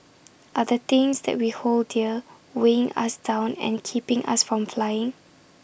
are the things that we hold dear weighing us down and keeping us from flying